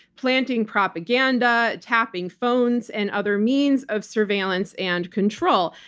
planting propaganda, tapping phones, and other means of surveillance and control.